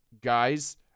guys